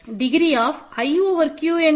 degree of i over Q என்ன